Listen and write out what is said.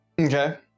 Okay